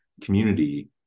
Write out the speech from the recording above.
community